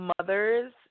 mothers